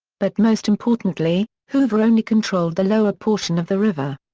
but most importantly, hoover only controlled the lower portion of the river.